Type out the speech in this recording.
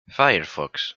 firefox